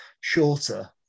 shorter